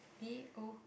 D_O